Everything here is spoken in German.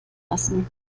lassen